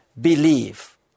believe